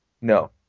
No